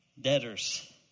debtors